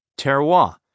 terroir